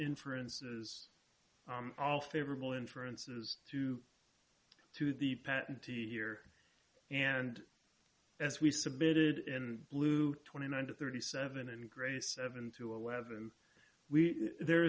inferences all favorable entrances to to the patentee here and as we submitted in blue twenty nine to thirty seven and grace evan two eleven we there